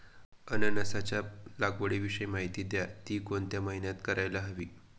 अननसाच्या लागवडीविषयी माहिती द्या, ति कोणत्या महिन्यात करायला हवी?